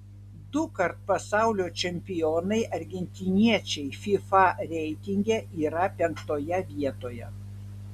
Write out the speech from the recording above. dukart pasaulio čempionai argentiniečiai fifa reitinge yra penktoje vietoje